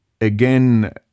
again